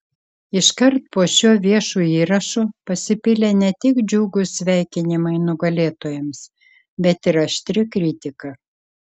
iškart po šiuo viešu įrašu pasipylė ne tik džiugūs sveikinimai nugalėtojams bet ir aštri kritika